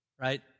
right